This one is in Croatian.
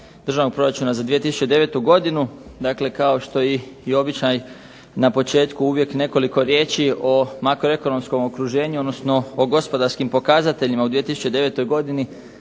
Državnog proračuna za 2009. godinu. Dakle kao što i običaj na početku uvijek nekoliko riječi o makroekonomskom okruženju, odnosno o gospodarskim pokazateljima u 2009. godini,